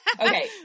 Okay